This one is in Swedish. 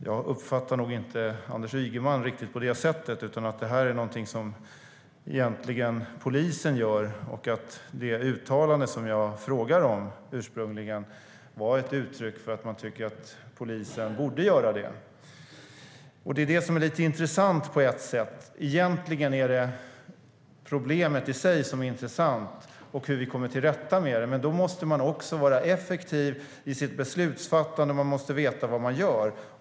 Jag uppfattar nog inte Anders Ygeman riktigt på det sättet utan som att det här egentligen är någonting polisen gör och att det uttalande jag ursprungligen frågade om var ett uttryck för att man tycker att polisen borde göra det. Egentligen är det problemet i sig som är intressant och hur vi kommer till rätta med det, men då måste man vara effektiv i sitt beslutsfattande och veta vad man gör.